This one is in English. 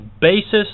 basis